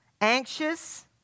anxious